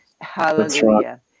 Hallelujah